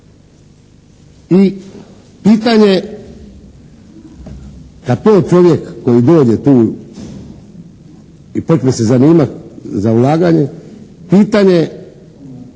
i pitanje kad to čovjek koji dođe tu i počne se zanimati za ulaganje. Pitanje